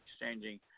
exchanging